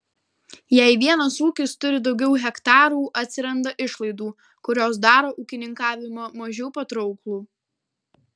jei vienas ūkis turi daugiau hektarų atsiranda išlaidų kurios daro ūkininkavimą mažiau patrauklų